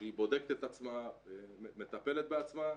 שהיא בודקת את עצמה, מטפלת בעצמה,